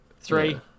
Three